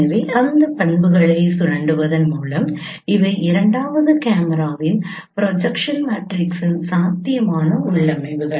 எனவே அந்த பண்புகளை சுரண்டுவதன் மூலம் இவை இரண்டாவது கேமராவின் ப்ரொஜெக்ஷன் மேட்ரிக்ஸின் சாத்தியமான உள்ளமைவுகள்